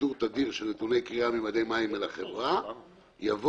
שידור תדיר של נתוני קריאה במדי מים על החברה" יבוא: